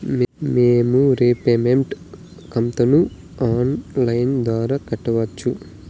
మేము రీపేమెంట్ కంతును online ద్వారా కట్టొచ్చా